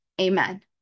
amen